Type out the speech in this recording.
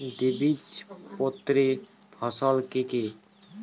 দ্বিবীজপত্রী ফসল কি কি?